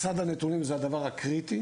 מסד הנתונים זה הדבר הקריטי